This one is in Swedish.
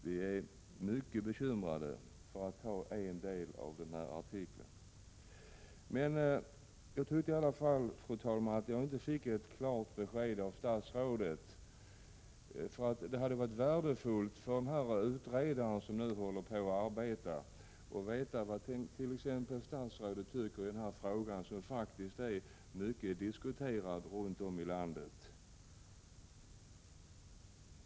——— Vi är mycket bekymrade.” Jag fick inte något klart besked av statsrådet. Det hade varit värdefullt för den utredare som nu arbetar att veta vad statsrådet t.ex. tycker i denna fråga, som har diskuterats mycket runt om i landet.